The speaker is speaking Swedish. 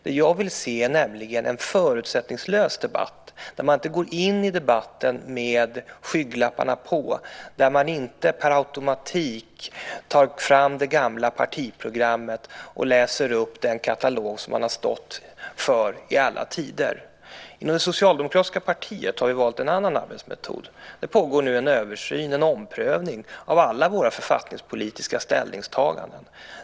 Det jag vill se är nämligen en förutsättningslös debatt där man inte går in i debatten med skygglapparna på, där man inte per automatik tar fram det gamla partiprogrammet och läser upp den katalog som man har stått för i alla tider. Inom det socialdemokratiska partiet har vi valt en annan arbetsmetod. Det pågår nu en översyn, en omprövning, av alla våra författningspolitiska ställningstaganden.